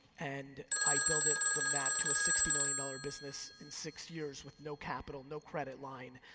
and i build it from that to a sixty million dollars business in six years with no capital, no credit line.